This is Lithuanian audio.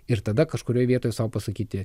ir tada kažkurioj vietoj sau pasakyti